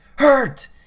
HURT